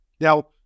Now